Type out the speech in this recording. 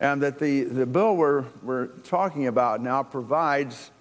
and that the the bill we're talking about now provides